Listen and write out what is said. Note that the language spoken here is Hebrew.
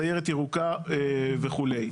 סיירת ירוקה וכולי.